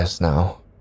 now